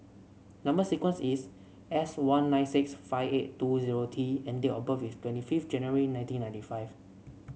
number sequence is S one nine six five eight two zero T and date of birth is twenty five January nineteen ninety five